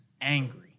angry